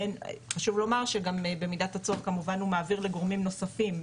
חשוב לומר שגם במידת הצורך הוא כמובן מעביר לגורמים נוספים,